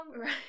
Right